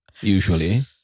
usually